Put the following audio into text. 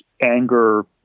anger